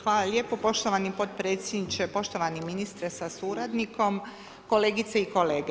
Hvala lijepo poštovani podpredsjedniče, poštovani ministre sa suradnikom, kolegice i kolege.